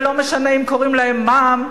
ולא משנה אם קוראים להם מע"מ,